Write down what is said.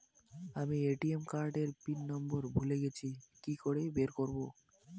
আমি ATM card এর pin নম্বর ভুলে গেছি কি করে বের করব?